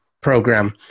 program